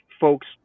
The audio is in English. folks